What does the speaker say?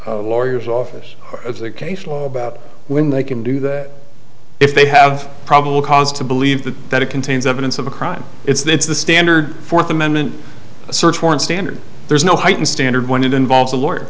a lawyer's office of the case when they can do that if they have probable cause to believe that it contains evidence of a crime it's the standard fourth amendment search warrant standard there's no heightened standard when it involves a lawyer